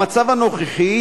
במצב הנוכחי,